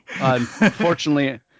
unfortunately